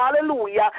Hallelujah